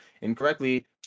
incorrectly